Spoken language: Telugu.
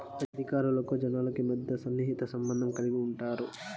అధికారులకు జనాలకి మధ్య సన్నిహిత సంబంధం కలిగి ఉంటారు